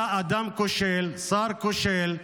אתה אדם כושל, שר כושל.